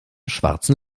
schwarzen